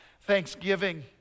thanksgiving